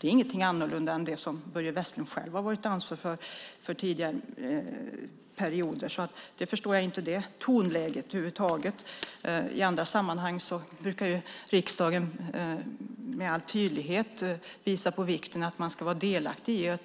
Det är ingenting annorlunda än det som Börje Vestlund själv har varit ansvarig för under tidigare perioder. Jag förstår över huvud taget inte tonläget. I andra sammanhang brukar riksdagen med all tydlighet visa på vikten av att vara delaktig